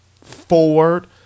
forward